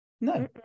No